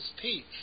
peace